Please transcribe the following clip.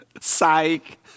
Psych